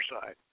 side